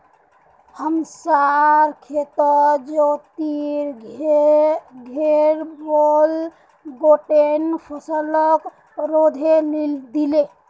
हमसार खेतत ज्योतिर घेर बैल गोट्टे फसलक रौंदे दिले